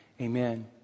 Amen